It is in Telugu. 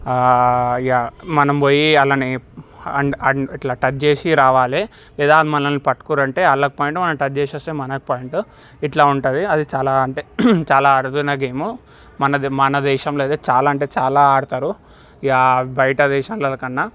ఇక మనంబోయి వాళ్ళని ఇట్ల టచ్ చేసి రావాలి లేదా వాళ్ళు మనల్ని పట్టుకున్నారంటే వాళ్లకు పాయింటు మనం టచ్ చేసొస్తే మనకు పాయింట్ ఇట్లా ఉంటుంది అది చాలా అంటే చాలా అరుదైన గేమ్ మన మనదేశంలో ఐతే చాలా అంటే చాలా ఆడుతారు ఇక బయట దేశంలల కన్నా